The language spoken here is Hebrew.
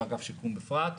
ואגף השיקום בפרט.